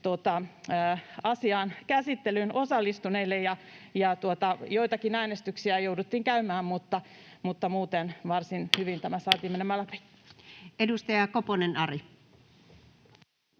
asian käsittelyyn osallistuneille. Joitakin äänestyksiä jouduttiin käymään, mutta muuten saatiin varsin hyvin tämä menemään